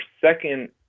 second